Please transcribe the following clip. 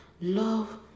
Love